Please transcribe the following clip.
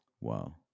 Wow